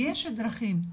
ויש דרכים,